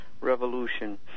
revolution